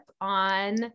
on